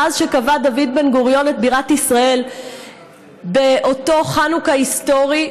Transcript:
מאז קבע דוד בן-גוריון את בירת ישראל באותו חנוכה היסטורי,